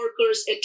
workers